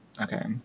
okay